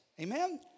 Amen